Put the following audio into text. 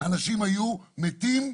יש אנשים שנבחרים מסיבות אחרות.